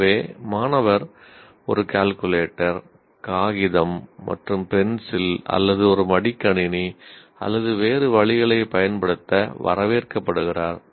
எனவே மாணவர் ஒரு கால்குலேட்டர் காகிதம் மற்றும் பென்சில் அல்லது ஒரு மடிக்கணினி அல்லது வேறு வழிகளைப் பயன்படுத்த வரவேற்கப்படுகிறார்